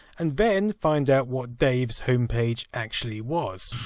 and then find out what dave's homepage actually was.